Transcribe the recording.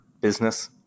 business